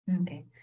Okay